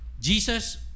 Jesus